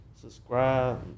Subscribe